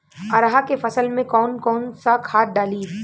अरहा के फसल में कौन कौनसा खाद डाली?